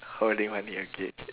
holding money okay okay